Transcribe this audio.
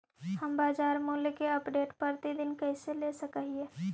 हम बाजार मूल्य के अपडेट, प्रतिदिन कैसे ले सक हिय?